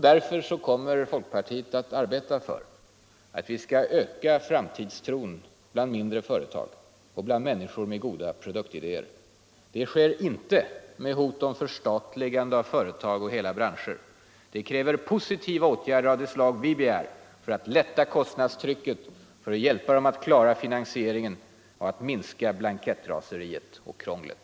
Därför kommer folkpartiet också att arbeta för att vi skall öka framtidstron bland mindre företag och bland människor med goda produktidéer. Det sker inte med hot om förstatligande av företag eller av hela branscher. Det kräver — som jag sade i den finanspolitiska debatten — positiva åtgärder av det slag vi begär för att lätta kostnadstrycket, för att hjälpa företagen att klara finansieringen och för att minska blankettraseriet och krånglet.